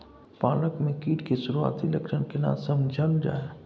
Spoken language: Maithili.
पालक में कीट के सुरआती लक्षण केना समझल जाय?